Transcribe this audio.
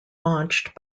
launched